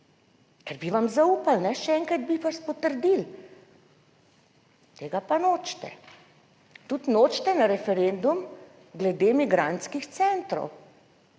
ker bi vam zaupali, še enkrat bi vas potrdili. Tega pa nočete. Tudi nočete na referendum glede migrantskih centrov,